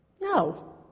No